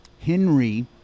Henry